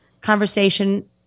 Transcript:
conversation